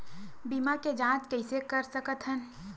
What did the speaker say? बीमा के जांच कइसे कर सकत हन?